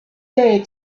day